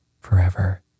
forever